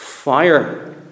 fire